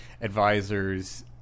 advisors